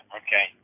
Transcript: okay